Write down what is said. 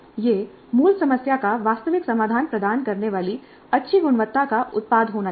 यह मूल समस्या का वास्तविक समाधान प्रदान करने वाली अच्छी गुणवत्ता का उत्पाद होना चाहिए